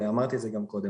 ואמרתי את זה גם קודם,